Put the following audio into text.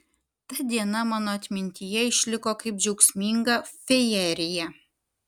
ta diena mano atmintyje išliko kaip džiaugsminga fejerija